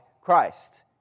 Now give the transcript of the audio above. Christ